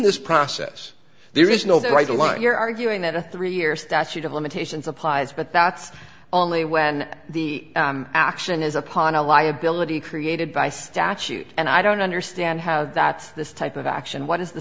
this process there is no bright line you're arguing that a three year statute of limitations applies but that's only when the action is upon a liability created by statute and i don't understand how that this type of action what is the